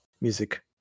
music